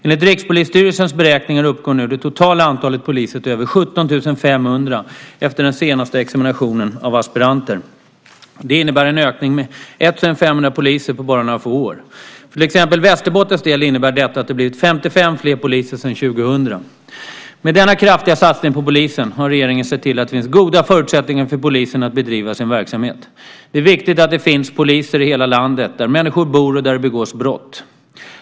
Enligt Rikspolisstyrelsens beräkningar uppgår nu det totala antalet poliser till över 17 500 efter den senaste examinationen av aspiranter. Det innebär en ökning med 1 500 poliser på bara några få år. För till exempel Västerbottens del innebär detta att det blivit 55 fler poliser sedan år 2000. Med denna kraftiga satsning på polisen har regeringen sett till att det finns goda förutsättningar för polisen att bedriva sin verksamhet. Det är viktigt att det finns poliser i hela landet där människor bor och där det begås brott.